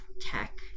tech